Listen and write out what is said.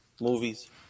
movies